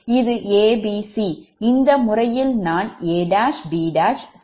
இது 𝑎 𝑏 𝑐 இந்த முறையில் நான் 𝑎' 𝑏' 𝑐' வரைந்துள்ளேன்